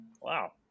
wow